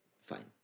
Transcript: fine